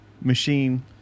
machine